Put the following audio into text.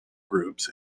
groups